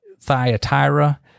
Thyatira